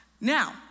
Now